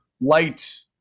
light